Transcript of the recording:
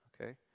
okay